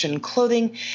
clothing